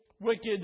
wicked